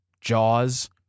jaws